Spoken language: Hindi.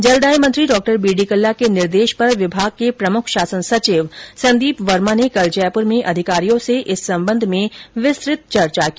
जलदाय मंत्री डॉ बी डी कल्ला के निर्देश पर विभाग के प्रमुख शासन सचिव संदीप वर्मा ने कल जयपुर में अधिकारियों से इस सम्बंध में विस्तृत चर्चा की